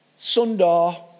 Sundar